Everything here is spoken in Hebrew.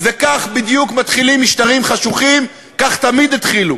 זה בעיני הסתה, זו הסתה לגזענות, אחת העילות.